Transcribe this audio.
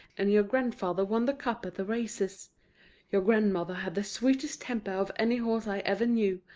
and your grandfather won the cup at the races your grandmother had the sweetest temper of any horse i ever knew,